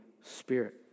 Spirit